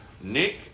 Nick